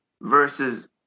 versus